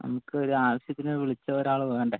നമുക്ക് ഒരാവശ്യത്തിന് വിളിച്ചാൽ ഒരാള് വേണ്ടേ